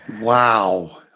Wow